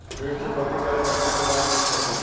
ऋण चुकौती करे बखत केतना किस्त कटी?